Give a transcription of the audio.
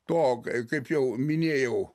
to kai kaip jau minėjau